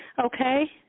Okay